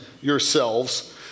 yourselves